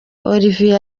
olivier